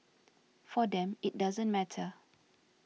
for them it doesn't matter